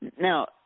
Now